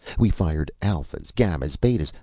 we fired alphas, gammas, betas,